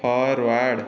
forward